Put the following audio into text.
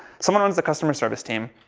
someone runs the customer service team,